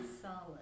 solid